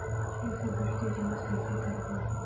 के सबूत के जांच कइसे करबो?